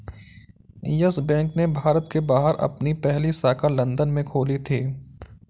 yes Bank ने भारत के बाहर अपनी पहली शाखा लंदन में खोली थी